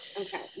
Okay